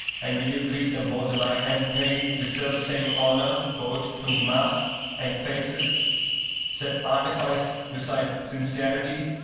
and will you treat them both alike, and pay the self-same honour both to masks and faces set artifice beside sincerity,